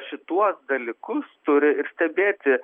šituos dalykus turi ir stebėti